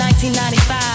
1995